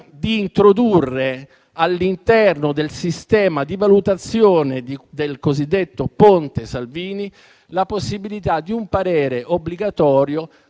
di introdurre, all'interno del sistema di valutazione del cosiddetto ponte Salvini, la possibilità di un parere obbligatorio